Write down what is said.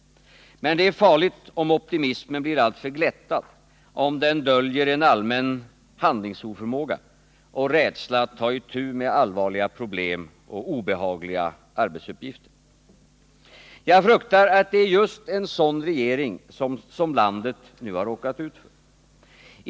Men det är farligt om optimismen blir alltför glättad, om den döljer en allmän handlingsoförmåga och rädsla att ta itu med allvarliga problem och obehagliga arbetsuppgifter. Jag fruktar att det är just en sådan regering som landet nu har råkat ut för.